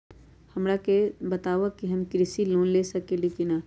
हमरा के बताव कि हम कृषि लोन ले सकेली की न?